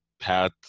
path